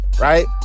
right